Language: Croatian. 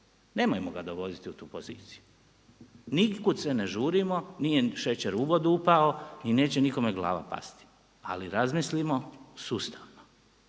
Nemojmo ga dovoditi u tu poziciju, nikud se ne žurimo, nije šećer u vodu upao i neće nikome glava pasti ali razmislimo sustavno